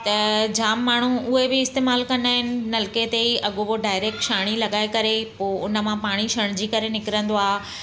त जाम माण्हू उहे बि इस्तेमालु कंदा आहिनि नलके ते ई अॻो पोइ डायरैक्ट छाणी लॻाए करे पोइ उन मां छणिजी करे निकिरंदो आहे